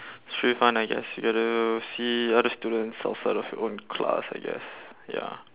should be fine I guess you get to see other students outside of your own class I guess ya